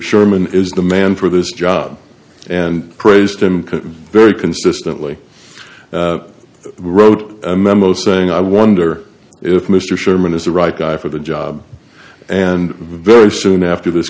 sherman is the man for this job and praised him very consistently wrote a memo saying i wonder if mr sherman is the right guy for the job and very soon after this